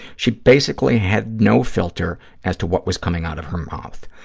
she basically had no filter as to what was coming out of her mouth.